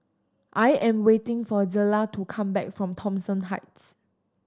I am waiting for Zella to come back from Thomson Heights